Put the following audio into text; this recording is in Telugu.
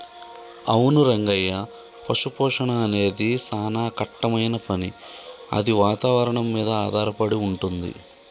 అవును రంగయ్య పశుపోషణ అనేది సానా కట్టమైన పని అది వాతావరణం మీద ఆధారపడి వుంటుంది